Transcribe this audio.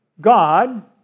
God